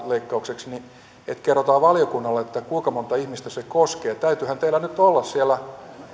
leikkaukseksi että kerrotaan valiokunnalle kuinka montaa ihmistä se koskee täytyyhän teillä nyt olla siellä